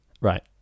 right